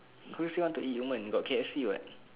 who say want to eat yumen got K_F_C [what]